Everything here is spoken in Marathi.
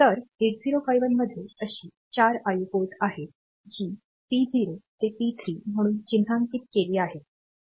तर 8051 मध्ये अशी 4 आयओ पोर्ट आहेत जी P0 ते P3 म्हणून चिन्हांकित केली आहेत